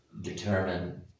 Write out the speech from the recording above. determine